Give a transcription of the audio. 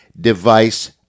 device